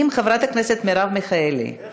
אם חברת הכנסת מרב מיכאלי 30